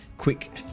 quick